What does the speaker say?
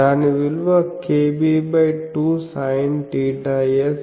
దాని విలువ kb2sin θS4